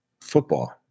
football